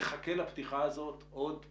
תחכה לפתיחה הזאת עוד ימים,